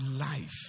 life